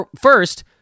First